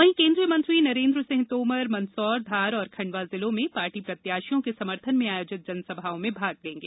वहीं केंद्रीय मंत्री नरेन्द्र सिंह तोमर मंदसौर धार और खंडवा जिलों में पार्टी प्रत्याशियों के समर्थन में आयोजित जनसभाओं में भाग लेगें